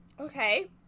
okay